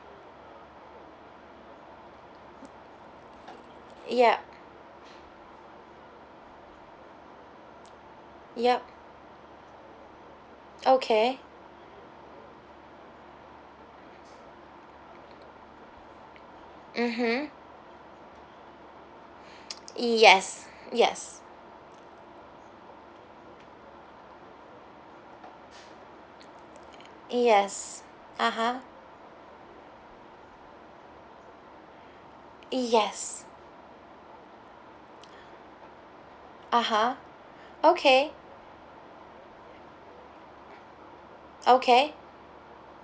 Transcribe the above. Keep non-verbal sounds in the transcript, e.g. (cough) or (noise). ya ya okay mmhmm (breath) (noise) yes yes uh yes (uh huh) yes (breath) (uh huh) (breath) okay okay